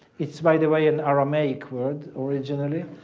it's by the way an aramaic word originally.